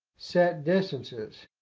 set distances.